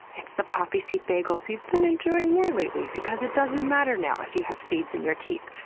it's the poppyseed bagels you've been enjoying more lately because it doesn't matter now if you have seeds in your teeth,